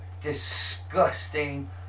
disgusting